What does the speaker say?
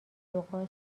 لغات